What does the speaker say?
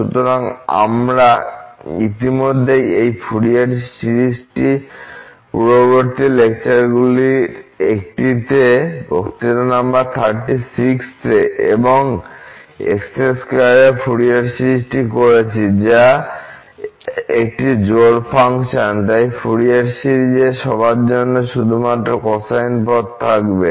সুতরাং আমরা ইতিমধ্যেই এই ফুরিয়ার সিরিজটি পূর্ববর্তী লেকচারগুলির একটিতে বক্তৃতা নম্বর 36 এ এবং x2 এর ফুরিয়ার সিরিজটি করেছি যা একটি জোড় ফাংশন তাই ফুরিয়ার সিরিজে সবার জন্য শুধুমাত্র কোসাইন পদ থাকবে